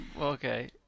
okay